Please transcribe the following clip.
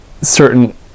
certain